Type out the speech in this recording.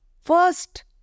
first